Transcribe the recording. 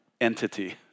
entity